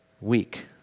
week